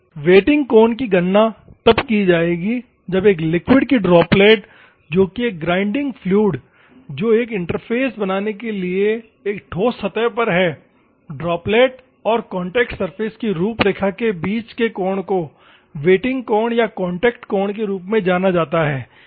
waiting कोण की गणना तब की जाएगी जब एक लिक्विड की ड्रॉपलेट जो कि एक ग्राइंडिंग फ्लूइड जो एक इंटरफ़ेस बनाने के लिए एक ठोस सतह पर है ड्रॉपलेट और कांटेक्ट सरफेस की रूपरेखा के बीच के कोण को वेटिंग कोण या कांटेक्ट कोण के रूप में जाना जाता है